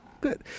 Good